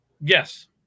Yes